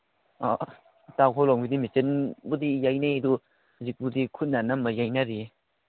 ꯑ ꯏꯇꯥꯎꯈꯣꯏꯔꯣꯝꯒꯤꯗꯤ ꯃꯦꯆꯤꯟꯕꯨꯗꯤ ꯌꯩꯅꯩ ꯑꯗꯨ ꯍꯧꯖꯤꯛꯄꯨꯗꯤ ꯈꯨꯠꯅ ꯑꯅꯝꯕ ꯌꯩꯅꯔꯤꯌꯦ